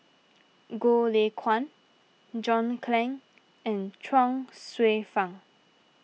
Goh Lay Kuan John Clang and Chuang Hsueh Fang